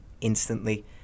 instantly